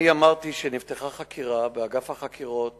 אני אמרתי שנפתחה חקירה באגף החקירות